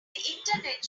internet